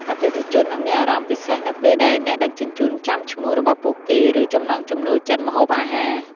អតិថិជននឹងមានអារម្មណ៍ពិសេសនៅពេលដែលអ្នកដឹកជញ្ជូនចាំឈ្មោះរបស់ពួកគេ ឬចំណង់ចំណូលចិត្តម្ហូបអាហារ។